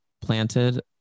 planted